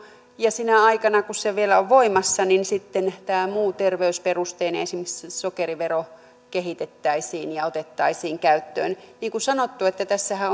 ja sinä aikana kun se vielä on voimassa sitten tämä muu terveysperusteinen verotus esimerkiksi sokerivero kehitettäisiin ja otettaisiin käyttöön niin kuin sanottu tässähän